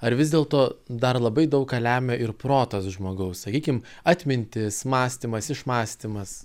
ar vis dėlto dar labai daug ką lemia ir protas žmogaus sakykim atmintis mąstymas išmąstymas